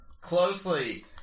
closely